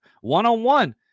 One-on-one